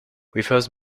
refers